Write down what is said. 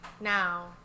Now